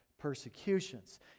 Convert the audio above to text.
persecutions